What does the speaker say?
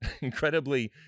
incredibly